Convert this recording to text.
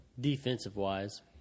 defensive-wise